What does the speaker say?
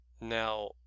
Now